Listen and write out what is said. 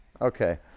Okay